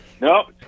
No